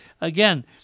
again